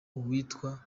uwitwa